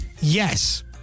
Yes